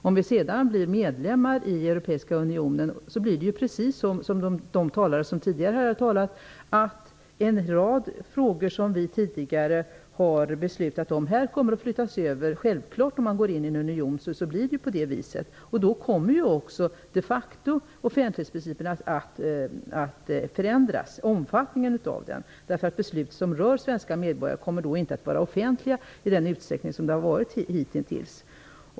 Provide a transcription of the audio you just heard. Om vi sedan blir medlemmar i den europeiska unionen blir det precis som de talare som tidigare har talat i dag sagt, nämligen att en rad frågor som vi i Sverige tidigare har fattat beslut om kommer att föras över till unionen. Det är ju självklart. När man går in i en union blir det ju så. Då kommer de facto omfattningen av offentlighetsprincipen att förändras. Beslut som rör svenska medborgare kommer nämligen inte att vara offentliga i samma utsträckning som hitintills.